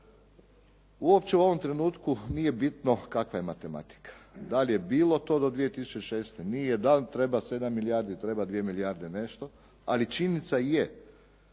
uopće u ovom trenutku nije bitno kakva je matematika. Da li je bilo to do 2006., nije, da li treba 7 milijardi, treba 2 milijarde nešto, ali činjenica je